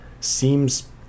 seems